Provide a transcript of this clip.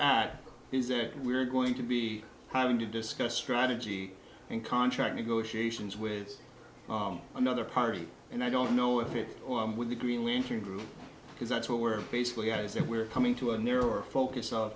act is that we're going to be having to discuss strategy and contract negotiations with another party and i don't know if it on with the green lantern group because that's what we're basically going to say we're coming to a narrower focus o